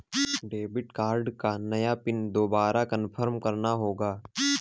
debit card का नया PIN दो बार कन्फर्म करना होगा